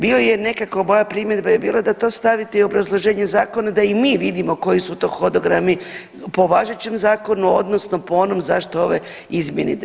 Bio je nekako moja primjedba je bila da to stavite i u obrazloženje zakona da i mi vidimo koji su to hodogrami po važećem zakonu odnosno po onom zašto ove izmjene ide.